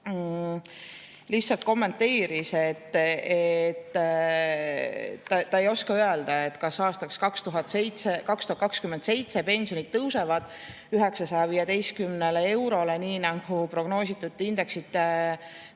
lihtsalt kommenteeris, et ta ei oska öelda, kas aastaks 2027 pensionid tõusevad 915 euroni, nii nagu prognoositud indeksid näitavad.